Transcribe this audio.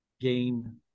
gain